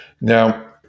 Now